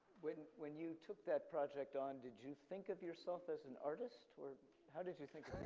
when when you took that project on did you think of yourself as an artist, or how did you think